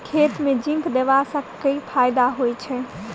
खेत मे जिंक देबा सँ केँ फायदा होइ छैय?